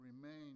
remain